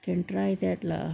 can try that lah